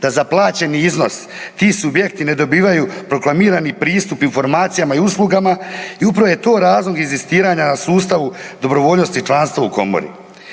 da za plaćeni iznos ti subjekti ne dobivaju proklamirani pristup informacijama i uslugama i upravo je to razlog inzistiranja na sustavu dobrovoljnosti članstva u komori.